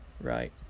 right